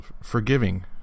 forgiving